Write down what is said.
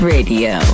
Radio